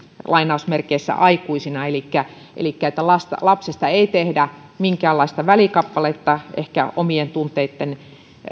aikuisina elikkä elikkä että lapsesta ei tehdä minkäänlaista välikappaletta ehkä omien tunteitten